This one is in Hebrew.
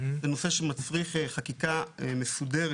זה נושא שמצריך חקיקה מסודרת,